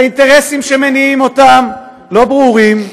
שהאינטרסים שמניעים אותם לא ברורים,